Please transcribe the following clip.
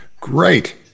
Great